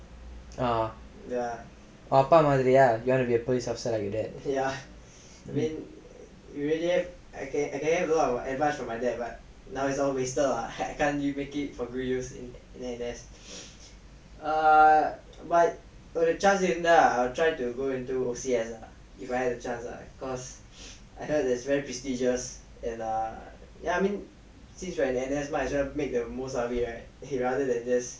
ah அவ அப்பா மாதிரியா:ava appa mathiriyaa you want to be police officer like you did